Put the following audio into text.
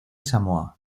samoa